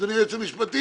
אדוני היועץ המשפטי,